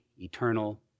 eternal